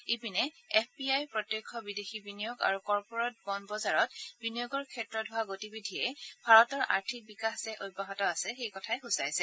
ইপিনে F P I প্ৰত্যক্ষ বিদেশী বিনিয়োগ আৰু কৰ্পৰেট বণু বজাৰত বিনিয়োগৰ ক্ষেত্ৰত হোৱা গতিবিধিয়ে ভাৰতৰ আৰ্থিক বিকাশ যে অব্যাহত আছে সেই কথাই সূচাইছে